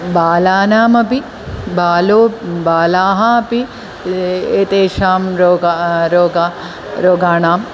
बालानामपि बालाः बालाः अपि एतेषां रोग रोगा रोगाणाम्